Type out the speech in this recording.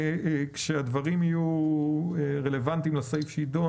כשהדברים יהיו רלוונטיים לסעיף שאת מדברת,